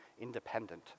independent